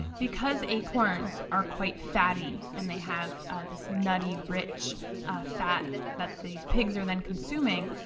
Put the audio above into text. because acorns are quite fatty and they have ah this nutty, rich fat that these pigs are then consuming,